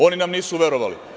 Oni nam nisu verovali.